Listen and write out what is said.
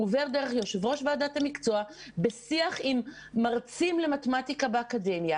הוא עובר דרך יושב-ראש ועדת המקצוע בשיח עם מרצים למתמטיקה באקדמיה,